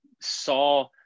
saw